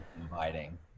inviting